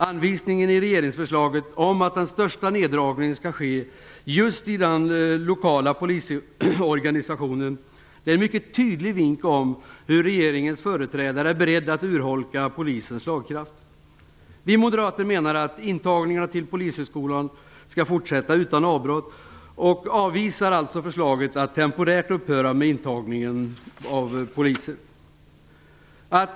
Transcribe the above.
Anvisningen i regeringsförslaget om att den största neddragningen skall just i den lokala polisorganisationen är en mycket tydlig vink om att regeringens företrädare är beredda att urholka Polisens slagkraft. Vi moderater menar att intagningarna till Polishögskolan skall fortsätta utan avbrott och avvisar alltså förslaget att temporärt upphöra med intagning av polisaspiranter.